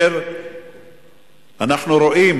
אנחנו רואים